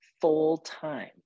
full-time